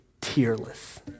tearless